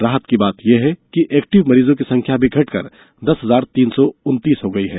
राहत की बात यह है कि एक्टिव मरीजों की संख्या भी घटकर दस हजार तीन सौ उन्तीस हो गई है